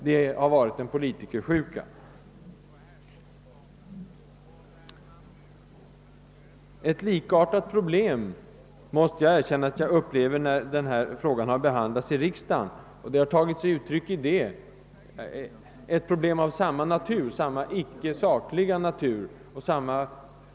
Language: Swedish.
Det har varit en politikersjuka. Ett problem av samma icke sakliga natur, grundat på samma geografiska motsättningar, måste jag erkänna att jag upplever när denna fråga behandlas här i riksdagen.